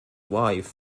wife